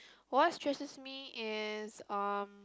what stresses me is um